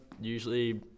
usually